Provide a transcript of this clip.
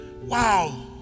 wow